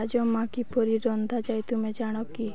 ରାଜମା କିପରି ରନ୍ଧାଯାଏ ତୁମେ ଜାଣ କି